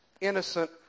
innocent